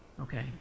Okay